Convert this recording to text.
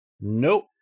Nope